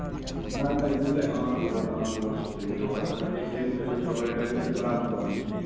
نہ نہ یہِ تۄہہِ آن روڈ آن روڈ چھِ تۄہہِ یہِ روڈَس پٮ۪ٹھ چھِو تۄہہِ یہِ تۄہہِ چھِو گٲڑۍ لَگِوٕ تۄہہِ برابر باغَس منٛز